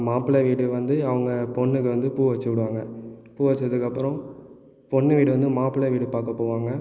மாப்பிள்ளை வீடு வந்து அவங்க பெண்ணுக்கு வந்து பூ வச்சு விடுவாங்க பூ வச்சதுக்கப்புறம் பொண்ணு வீடு வந்து மாப்பிள்ளை வீடு பார்க்க போவாங்க